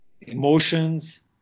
Emotions